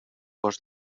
gos